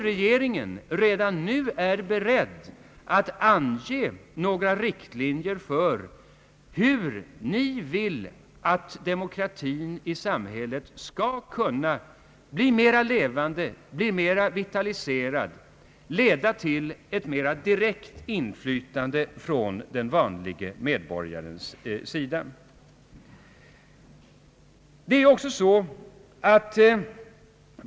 Regeringen måste därför redan nu ange riktlinjer för hur den vill att demokratin i samhället skall kunna bli mera levande, mera vitaliserad på ett sätt som leder till ett mera direkt inflytande från den vanlige medborgarens sida.